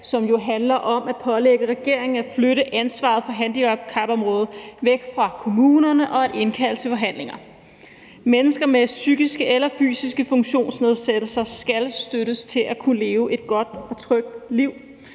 som jo handler om at pålægge regeringen at flytte ansvaret for handicapområdet væk fra kommunerne og at indkalde til forhandlinger. Mennesker med psykiske eller fysiske funktionsnedsættelser skal støttes til at kunne leve et godt og trygt liv.